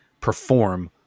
perform